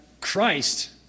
Christ